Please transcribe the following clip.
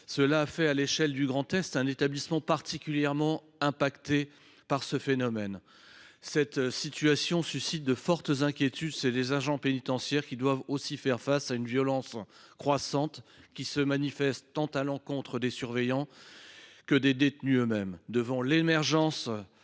Cela en fait, à l’échelle du Grand Est, un établissement particulièrement affecté par ce phénomène. Cette situation suscite de fortes inquiétudes chez des agents pénitentiaires, qui doivent aussi faire face à une violence croissante, laquelle se manifeste tant à l’encontre des surveillants que des détenus eux mêmes.